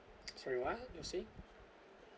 sorry what you're saying